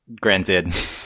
Granted